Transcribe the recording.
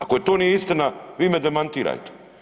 Ako to nije istina vi me demantirajte.